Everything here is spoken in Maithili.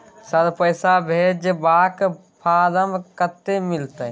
सर, पैसा भेजबाक फारम कत्ते मिलत?